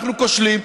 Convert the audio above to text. אנחנו כושלים.